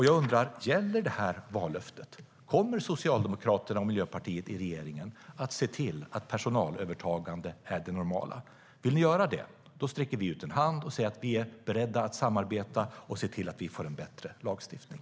Jag undrar därför om vallöftet gäller. Kommer Socialdemokraterna och Miljöpartiet i regeringen att se till att personalövertagande är det normala? Vill ni göra det sträcker vi ut en hand och säger att vi är beredda att samarbeta och se till att vi får en bättre lagstiftning.